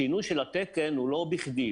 השינוי של התקן הוא לא בכדי.